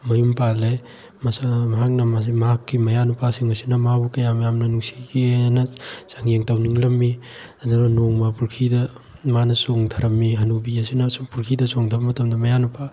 ꯃꯌꯨꯝ ꯄꯥꯜꯂꯦ ꯃꯍꯥꯛꯀꯤ ꯃꯌꯥꯅꯨꯄꯥꯁꯤꯡ ꯑꯁꯤꯅ ꯃꯥꯕꯨ ꯀꯌꯥꯝ ꯌꯥꯝꯅ ꯅꯨꯡꯁꯤꯒꯦꯅ ꯆꯥꯡꯌꯦꯡ ꯇꯧꯅꯤꯡꯂꯝꯃꯤ ꯑꯗꯨꯅ ꯅꯣꯡꯃ ꯄꯨꯈ꯭ꯔꯤꯗ ꯃꯥꯅ ꯆꯣꯡꯊꯔꯝꯃꯤ ꯍꯅꯨꯕꯤ ꯑꯁꯤꯅ ꯁꯨꯝ ꯄꯨꯈ꯭ꯔꯤꯗ ꯆꯣꯡꯊꯕ ꯃꯇꯝꯗ ꯃꯌꯥꯅꯨꯄꯥ